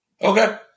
Okay